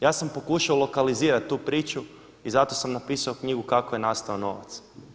Ja sam pokušao lokalizirat tu priču i zato sam napisao knjigu „Kako je nastao novac“